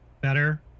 better